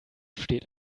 steht